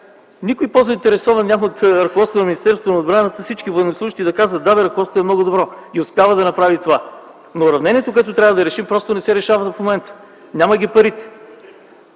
никой по-заинтересован от ръководството на Министерството на отбраната всички военнослужещи да казват: „Да, ръководството е много добро и е успяло да направи това.” Уравнението, което трябва да решим, просто не се решава в момента. Няма ги парите.